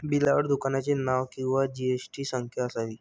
बिलावर दुकानाचे नाव किंवा जी.एस.टी संख्या असावी